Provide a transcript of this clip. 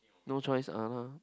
no choice ah lah